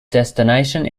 destination